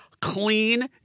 Clean